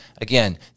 Again